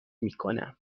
میکنم